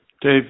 Dave